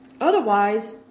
Otherwise